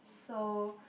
so